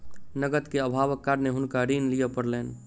नकद के अभावक कारणेँ हुनका ऋण लिअ पड़लैन